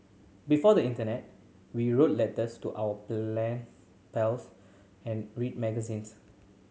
before the internet we wrote letters to our plan pals and read magazines